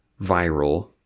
viral